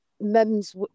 mums